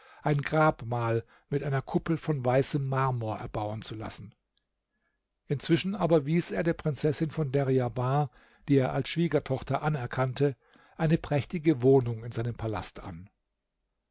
ein grabmal mit einer kuppel von weißem marmor erbauen zu lassen inzwischen aber wies er der prinzessin von deryabar die er als schwiegertochter anerkannte eine prächtige wohnung in seinem palast an